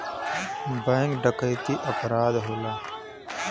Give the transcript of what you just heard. bank डकैती अपराध होला